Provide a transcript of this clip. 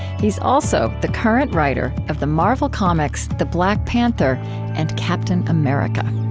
he's also the current writer of the marvel comics the black panther and captain america